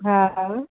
हा हा